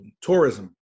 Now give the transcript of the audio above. Tourism